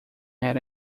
era